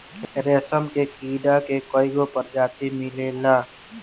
रेशम के कीड़ा के कईगो प्रजाति मिलेला